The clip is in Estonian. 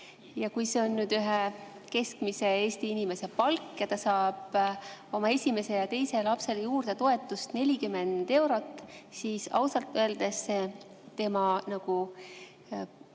Ja kui see on ühe keskmise Eesti inimese palk ja ta saab oma esimesele ja teisele lapsele juurde toetust 40 eurot, siis ausalt öeldes see tema,